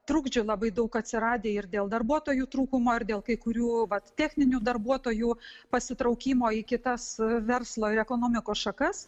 trukdžių labai daug atsiradę ir dėl darbuotojų trūkumo ir dėl kai kurių vat techninių darbuotojų pasitraukimo į kitas verslo ir ekonomikos šakas